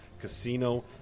casino